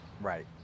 Right